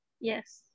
Yes